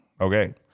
Okay